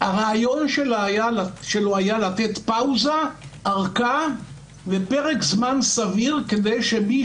הרעיון שלו היה לתת אורכה בפרק זמן כדי שמי